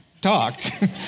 talked